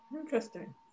Interesting